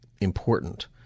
important